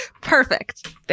Perfect